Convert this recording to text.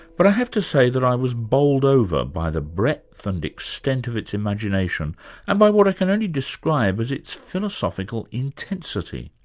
but i have to say that i was bowled over by the breadth and extent of its imagination and by what i can only describe as its philosophical intensity.